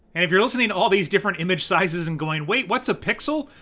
and if you're listening to all these different image sizes and going, wait, what's a pixel?